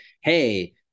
hey